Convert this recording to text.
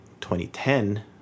2010